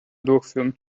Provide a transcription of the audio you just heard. durchführen